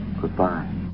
Goodbye